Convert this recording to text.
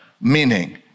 meaning